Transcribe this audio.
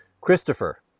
christopher